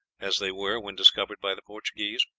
as they were when discovered by the portuguese?